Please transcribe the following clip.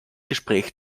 gespräch